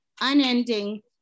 unending